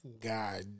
God